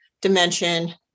dimension